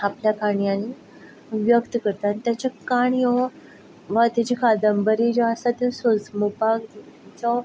आपल्या काणयांनी व्यक्त करता आनी ताच्यो काणयो वा ताच्यो कादंबरी ज्यो आसा तो सोजमूपाक जावं